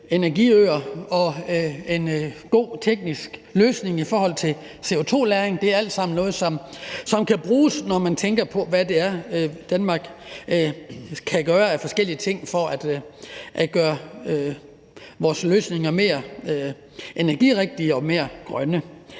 energiøer og en god teknisk løsning i forhold til CO2-lagring. Det er alt sammen noget, som kan bruges, når man tænker på, hvad det er, Danmark kan gøre af forskellige ting for at gøre vores løsninger mere energirigtige og mere grønne.